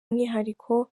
umwihariko